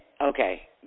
okay